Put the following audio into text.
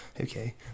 okay